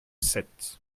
sept